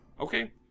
okay